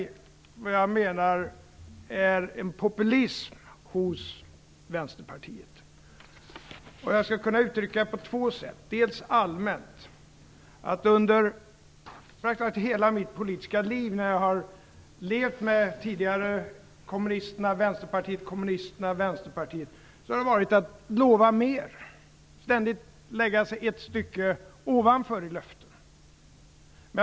Det gällde min syn på populism hos Vänsterpartiet. Jag kan uttrycka det på två sätt. Allmänt kan jag säga att det under hela mitt politiska liv för det tidigare Vänsterpartiet kommunisterna och för Vänsterpartiet alltid har gällt att lova mer, att ständigt lägga sig ett stycke ovanför i sina löften.